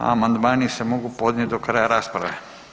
Amandmani se mogu podnijeti do kraja rasprave.